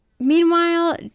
Meanwhile